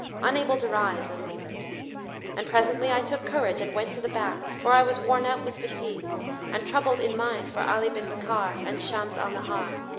unable to rise and leave it and presently i took courage and went to the bath, for i was worn out with fatigue and troubled in mind for ali bin bakkar and shams al-nahar,